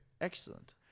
Excellent